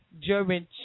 German